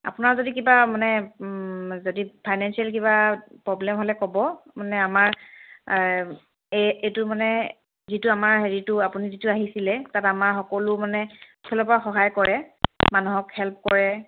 আপোনাৰ যদি কিবা মানে যদি ফাইনেঞ্চিয়েল কিবা প্ৰব্লেম হ'লে ক'ব মানে আমাৰ এইটো মানে যিটো আমাৰ হেৰিটো আপুনি যিটো আহিছে তাত আমাৰ সকলো মানে ফালৰ পৰা সহায় কৰে মানুহক হেল্প কৰে